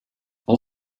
all